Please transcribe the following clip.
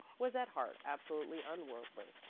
was at heart absolutely unworldly,